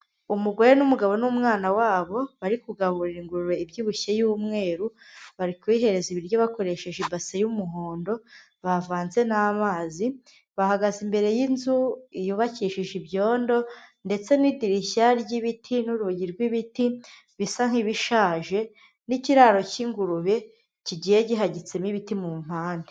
Umugore n'umugabo n'umwana wabo bari kugaburira ingurube ibyibushye y'umweru, bari kuyihereza ibiryo bakoresheje ibase y'umuhondo bavanze n'amazi, bahagaze imbere y'inzu yubakishije ibyondo ndetse n'idirishya ry'ibiti n'urugi rw'ibiti bisa nk'ibishaje n'ikiraro cy'ingurube kigiye gihagitsemo ibiti mu mpande.